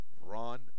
Run